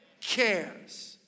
Cares